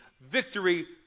victory